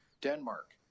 denmark